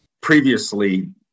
Previously